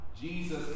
Jesus